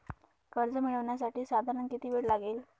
कर्ज मिळविण्यासाठी साधारण किती वेळ लागेल?